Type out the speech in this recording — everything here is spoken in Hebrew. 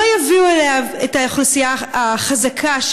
לא יביאו אליו את האוכלוסייה החזקה,